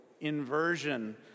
inversion